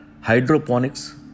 Hydroponics